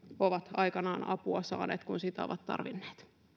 ovat aikanaan apua saaneet kun sitä ovat tarvinneet arvoisa